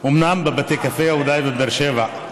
אומנם בבתי קפה, אולי בבאר שבע.